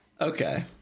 Okay